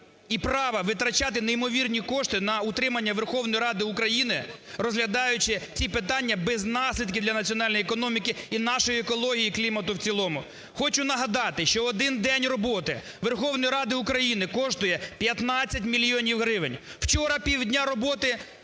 і права витрачати неймовірні кошти на утримання Верховної Ради України, розглядаючи ці питання без наслідків для національної економіки і нашої екології клімату в цілому. Хочу нагадати, що один день роботи Верховної Ради України коштує 15 мільйонів гривень. Вчора півдня роботи